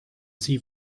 sie